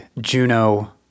Juno